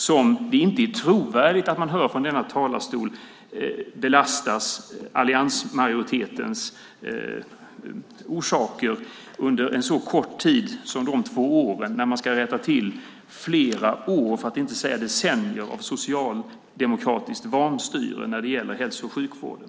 Det är inte trovärdigt när man hör från denna talarstol att alliansmajoriteten belastas för detta och att man under en så kort tid som två år ska rätta till flera år, för att inte säga decennier, av socialdemokratiskt vanstyre när det gäller hälso och sjukvården.